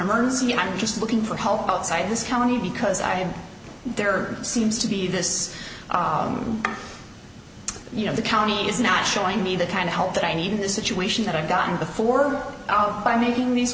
emergency and i'm just looking for help outside this county because i have there seems to be this you know the county is not showing me the kind of help that i need the situation that i've gotten before by making these